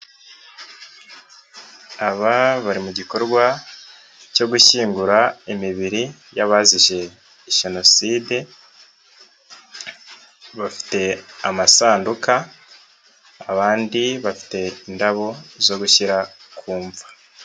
Aba bari mu gikorwa cyo gushyingura imibiri y'abazize jenoside, bafite amasanduka abandi bafite indabo zo gushyira ku mva.